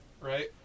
right